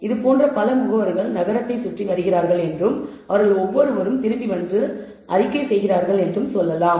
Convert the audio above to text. இதுபோன்ற பல முகவர்கள் நகரத்தை சுற்றி வருகிறார்கள் என்றும் அவர்கள் ஒவ்வொருவரும் திரும்பி வந்து அறிக்கை செய்கிறார்கள் என்றும் சொல்லலாம்